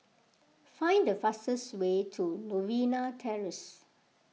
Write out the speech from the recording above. find the fastest way to Novena Terrace